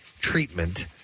treatment